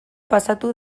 pasatu